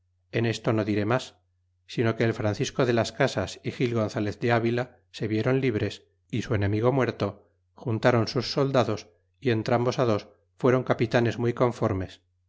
en esto no diré mas sino que el francisco de las casas y gil gonzalez de avila se vieron libres y su enemigo muerto juntáron sus soldados y entrambos dos fuéron capita nes muy conformes